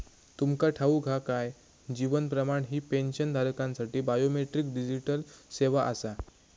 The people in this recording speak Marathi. तुमका ठाऊक हा काय? जीवन प्रमाण ही पेन्शनधारकांसाठी बायोमेट्रिक डिजिटल सेवा आसा